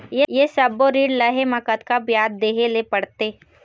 ये सब्बो ऋण लहे मा कतका ब्याज देहें ले पड़ते?